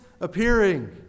appearing